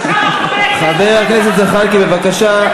כמה חברי כנסת, חבר הכנסת זחאלקה, בבקשה.